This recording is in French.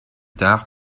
tard